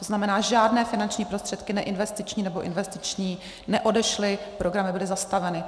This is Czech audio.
To znamená, žádné finanční prostředky neinvestiční nebo investiční neodešly, programy byly zastaveny.